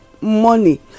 money